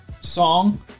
song